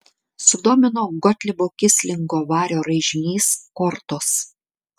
sudomino gotlibo kislingo vario raižinys kortos